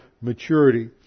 maturity